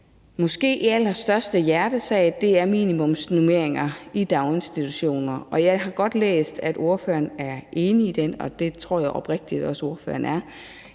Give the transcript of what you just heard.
måske er SF's største hjertesag, nemlig minimumsnormeringer i daginstitutioner. Jeg har godt læst, at ordføreren er enig i det, og det tror jeg oprigtigt også ordføreren er,